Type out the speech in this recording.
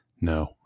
no